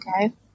okay